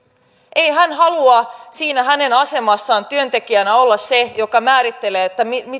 ei hän halua siinä hänen asemassaan työntekijänä olla se joka määrittelee